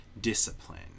discipline